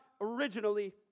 originally